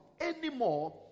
anymore